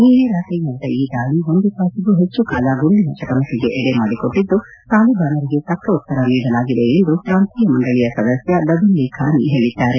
ನಿನ್ನೆ ರಾತ್ರಿ ನಡೆದ ಈ ದಾಳಿ ಒಂದು ತಾಸಿಗೂ ಹೆಚ್ಚು ಗುಂಡಿನ ಚಕಮಕಿಗೆ ಎಡೆಮಾಡಿಕೊಟ್ಟಿದ್ದು ತಾಲಿಬಾನರಿಗೆ ತಕ್ಕ ಉತ್ತರ ನೀಡಲಾಗಿದೆ ಎಂದು ಪ್ರಾಂತೀಯ ಮಂಡಳಿಯ ಸದಸ್ಯ ದದುಲ್ಲಾಖಾನಿ ಹೇಳಿದ್ದಾರೆ